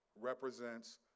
represents